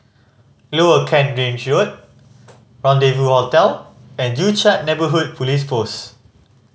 Lower Kent Ridge Road Rendezvou Hotel and Joo Chiat Neighbourhood Police Post